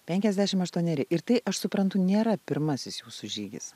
penkiasdešimt aštuoneri ir tai aš suprantu nėra pirmasis jūsų žygis